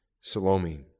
Salome